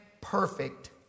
perfect